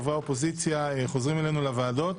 חברי האופוזיציה חוזרים אלינו לוועדות.